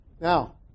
Now